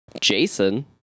Jason